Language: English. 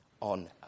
on